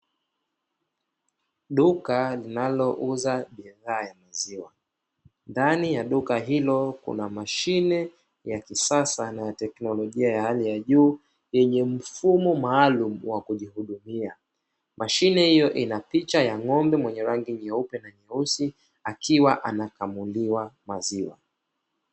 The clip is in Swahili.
Duka linalouza bidhaa ya maziwa ndani ya duka hilo kuna mashine ya kisasa na ya teknolojia ya hali ya juu, yenye mfumo maalumu wa kujihudumia, mashine hiyo ina picha ya ng'ombe mwenye rangi nyeupe akiwa anakamuliwa maziwa.